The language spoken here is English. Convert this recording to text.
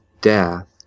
death